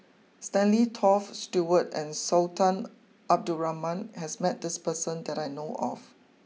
Stanley Toft Stewart and Sultan Abdul Rahman has met this person that I know of